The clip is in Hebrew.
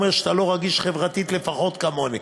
שאתה לא רגיש חברתית לפחות כמוני,